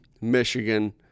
Michigan